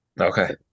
okay